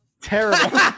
Terrible